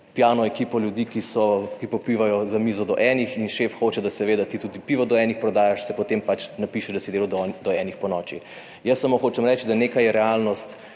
pijano ekipo ljudi, ki so, ki popivajo za mizo do 1-ih in šef hoče, da seveda ti tudi pivo do 1-ih prodajaš, se potem pač napišeš, da si delal do 1-ih ponoči. Jaz samo hočem reči, da nekaj je realnost